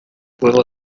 juego